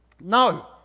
No